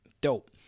dope